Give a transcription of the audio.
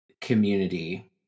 community